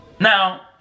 now